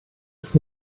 ist